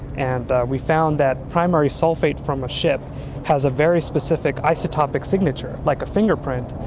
and we found that primary sulphate from a ship has a very specific isotopic signature, like a fingerprint.